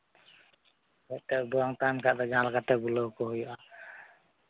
ᱵᱟᱝ ᱛᱟᱦᱮᱱ ᱠᱷᱟᱱ ᱫᱚ ᱡᱟᱦᱟᱸ ᱞᱮᱠᱟᱛᱮ ᱵᱩᱞᱟᱹᱣ ᱠᱚ ᱦᱩᱭᱩᱜᱼᱟ